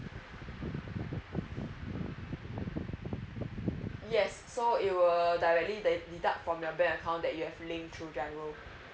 yes so you err directly deduct for the bank account that you have link to giro